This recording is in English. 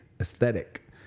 aesthetic